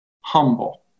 humble